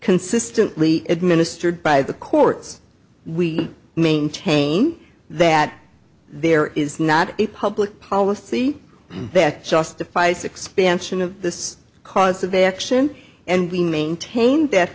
consistently administered by the courts we maintain that there is not a public policy that justifies expansion of this cause of action and we maintain that